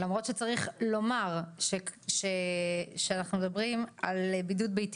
למרות שצריך לומר שאנחנו מדברים על בידוד ביתי